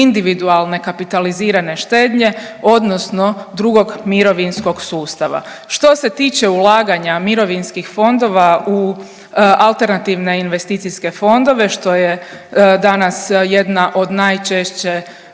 individualne kapitalizirane štednje odnosno drugog mirovinskog sustava. Što se tiče ulaganja mirovinskih fondova u alternativne investicijske fondove, što je danas jedna od najčešće